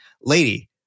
lady